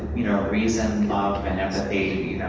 you know, reason, love, and empathy,